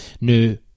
new